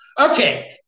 Okay